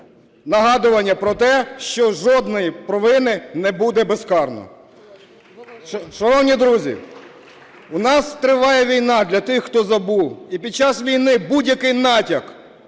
нагадування про те, що жодної провини не буде безкарно. Шановні друзі, в нас триває війна. Для тих, хто забув. І під час війни будь-який натяк